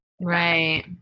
Right